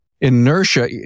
inertia